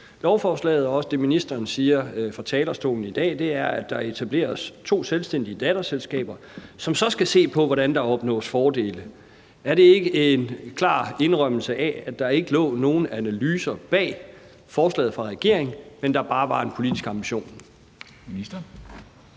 lovforslaget, og det er også det, ministeren siger fra talerstolen i dag, etableres der to selvstændige datterselskaber, som så skal se på, hvordan der opnås fordele. Er det ikke en klar indrømmelse af, at der ikke lå nogen analyser bag forslaget fra regeringen, men at der bare var en politisk ambition?